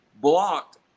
blocked